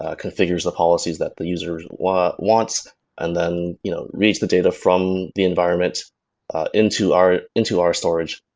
ah configures the policies that the user wants wants and then you know reach the data from the environment into our into our storage.